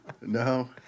No